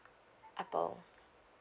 apple